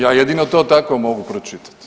Ja jedino to tako mogu pročitati.